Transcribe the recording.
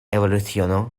evolucionó